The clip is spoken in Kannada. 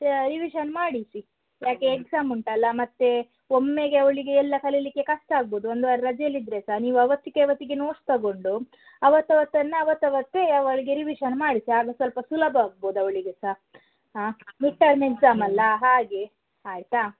ಯ ರಿವಿಶನ್ ಮಾಡಿಸಿ ಯಾಕೆ ಎಕ್ಸಾಮ್ ಉಂಟಲ್ಲ ಮತ್ತು ಒಮ್ಮೆಗೆ ಅವಳಿಗೆ ಎಲ್ಲ ಕಲಿಯಲಿಕ್ಕೆ ಕಷ್ಟ ಆಗ್ಬೋದು ಒಂದು ವಾರ ರಜೆಯಲ್ಲಿ ಇದ್ದರೆ ಸಹ ನೀವು ಅವತ್ತಿಗೆ ಅವತ್ತಿಗೆ ನೋಟ್ಸ್ ತಗೊಂಡು ಅವತ್ತು ಅವತ್ತನ್ನು ಅವತ್ತು ಅವತ್ತೇ ಅವಳಿಗೆ ರಿವಿಶನ್ ಮಾಡಿಸಿ ಆಗ ಸ್ವಲ್ಪ ಸುಲಭ ಆಗ್ಬೋದು ಅವಳಿಗೆ ಸಹ ಹಾಂ ಮಿಟ್ಟರ್ಮ್ ಎಕ್ಸಾಮ್ ಅಲ್ಲ ಹಾಗೆ ಆಯಿತಾ